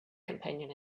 companion